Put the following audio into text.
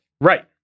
Right